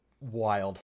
wild